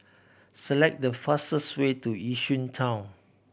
select the fastest way to Yishun Town